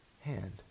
hand